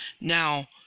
Now